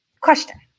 question